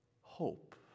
Hope